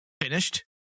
finished